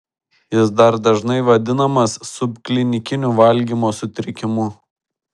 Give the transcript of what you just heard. jis dar dažnai vadinamas subklinikiniu valgymo sutrikimu